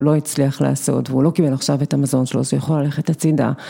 ‫לא הצליח לעשות, והוא לא קיבל עכשיו ‫את המזון שלו, אז הוא יכול ללכת הצדה.